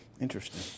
Interesting